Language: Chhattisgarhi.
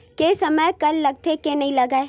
के समय कर लगथे के नइ लगय?